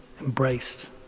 embraced